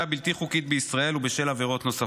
בלתי חוקית בישראל ובשל עבירות נוספות.